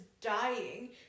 dying